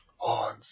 on